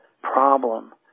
problem